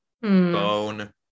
bone